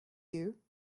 you